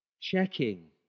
Checking